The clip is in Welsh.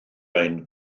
ein